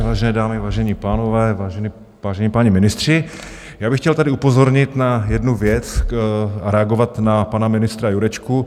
Vážené dámy, vážení pánové, vážení páni ministři, já bych chtěl tady upozornit na jednu věc, reagovat na pana ministra Jurečku.